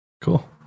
Cool